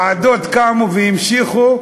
ועדות קמו והמשיכו,